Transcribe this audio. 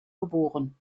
geboren